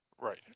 Right